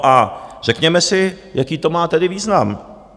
A řekněme si, jaký to má tedy význam.